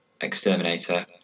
exterminator